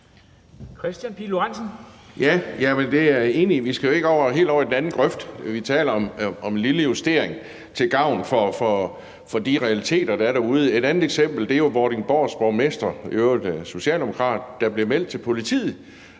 Kristian Pihl Lorentzen (V): Det er jeg enig i. Vi skal jo ikke helt over i den anden grøft. Vi taler om en lille justering til gavn for de realiteter, der er derude. Et andet eksempel er borgmesteren i Vordingborg, som i øvrigt er socialdemokrat, som blev meldt til politiet,